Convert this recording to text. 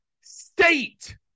state